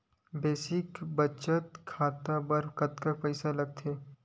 Basic बचत खाता बर कतका पईसा लगथे?